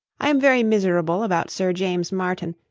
i am very miserable about sir james martin,